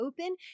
open